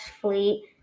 fleet